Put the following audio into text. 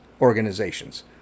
organizations